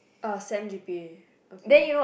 uh sem g_p_a okay